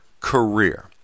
career